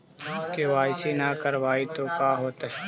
KYC न करवाई तो का हाओतै?